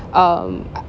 um